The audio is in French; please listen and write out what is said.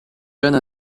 jeune